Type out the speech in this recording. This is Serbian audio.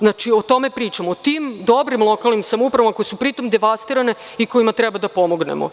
Znači, o tome pričamo, o tim dobrim lokalnim samoupravama koje su pri tom devastirane i kojima treba da pomognemo.